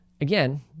again